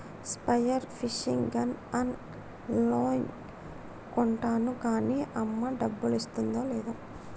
spear fishing gun ఆన్ లైన్లో కొంటాను కాన్నీ అమ్మ డబ్బులిస్తాదో లేదో